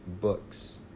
books